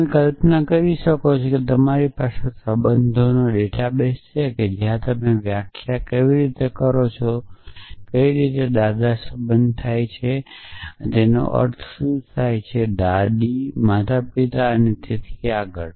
તમે કલ્પના કરી શકો છો કે તમારી પાસે સંબંધોના ડેટાબેસ છે જ્યાં તમે વ્યાખ્યા કેવી રીતે કરી રહ્યા છો તે સંબંધ કેવી રીતે થાય છે દાદા તેનો અર્થ શું થાય છે દાદી માતાપિતા અને તેથી આગળ